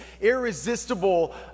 irresistible